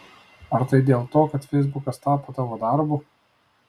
ar tai dėl to kad feisbukas tapo tavo darbu